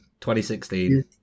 2016